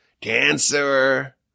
cancer